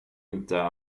inte